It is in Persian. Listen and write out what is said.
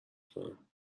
کنم